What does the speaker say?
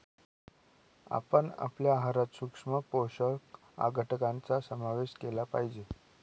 आपण आपल्या आहारात सूक्ष्म पोषक घटकांचा समावेश केला पाहिजे